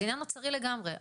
זה עניין אוצרי לגמרי.